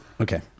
Okay